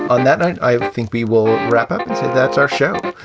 on that, i think we will wrap up. so that's our show.